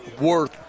worth